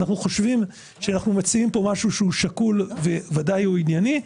אנחנו חושבים שאנחנו מציעים פה משהו שהוא שקול וודאי שהוא ענייני,